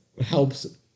helps